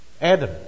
Adam